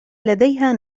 لديها